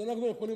אז אנחנו יכולים,